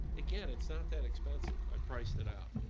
again, it's not that expensive. i priced it out.